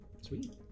sweet